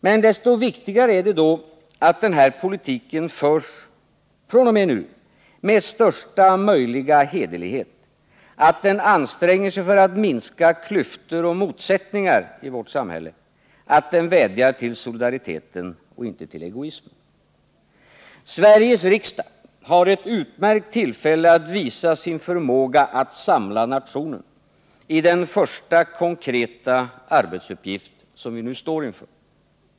Men så mycket viktigare är det då att den här politiken från och med nu förs med största möjliga hederlighet, att man anstränger sig för att minska klyftor och motsättningar i vår samhälle, att man vädjar till solidariteten och inte till egoismen. Sveriges riksdag har ett utmärkt tillfälle att visa sin förmåga att samla nationen i den första konkreta arbetsuppgift som vi nu står inför.